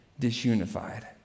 disunified